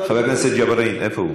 חבר הכנסת ג'בארין, איפה הוא?